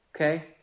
Okay